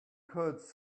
kids